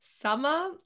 summer